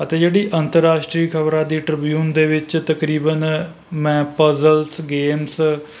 ਅਤੇ ਜਿਹੜੀ ਅੰਤਰਰਾਸ਼ਟਰੀ ਖਬਰਾਂ ਦੀ ਟ੍ਰਿਬਿਊਨ ਦੇ ਵਿੱਚ ਤਕਰੀਬਨ ਮੈਂ ਪਜ਼ਲਜ਼ ਗੇਮਸ